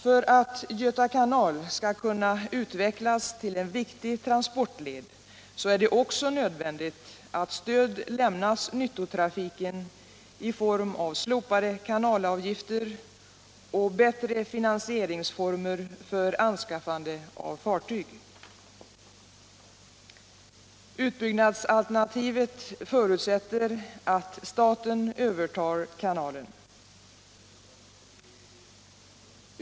För att Göta kanal skall kunna utvecklas till en viktig transportled är det också nödvändigt att stöd lämnas nyttotrafiken i form av slopade kanalavgifter och bättre finansieringsformer för anskaffande av fartyg. Utbyggnadsalternativet förutsätter att staten övertar kanalen.